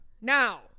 Now